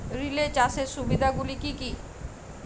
Relay চাষের সুবিধা গুলি কি কি?